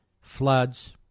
floods